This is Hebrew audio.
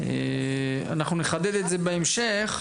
אנחנו נחדד את זה בהמשך,